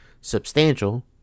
substantial